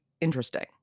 interesting